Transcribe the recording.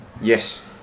Yes